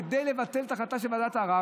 כדי לבטל את ההחלטה של ועדת הערר.